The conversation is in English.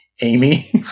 Amy